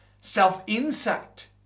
self-insight